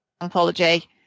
anthology